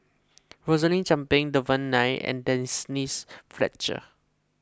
Rosaline Chan Pang Devan Nair and Denise Fletcher